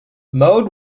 mode